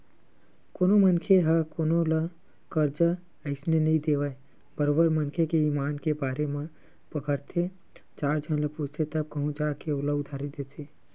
कोनो मनखे ह कोनो ल करजा अइसने नइ दे देवय बरोबर मनखे के ईमान के बारे म परखथे चार झन ल पूछथे तब कहूँ जा के ओला उधारी देथे